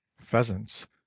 Pheasants